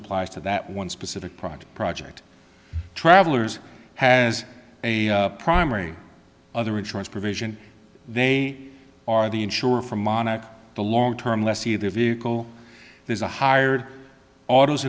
applies to that one specific project project travellers has a primary other insurance provision they are the insurer from on the long term lessee their vehicle there's a hired autos